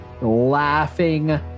laughing